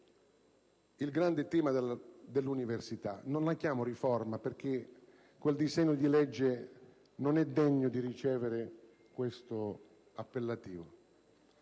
il grande tema dell'università. Non la chiamo riforma perché quel disegno di legge non è degno di ricevere questo appellativo.